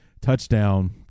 touchdown